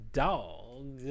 dog